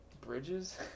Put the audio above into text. bridges